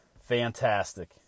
Fantastic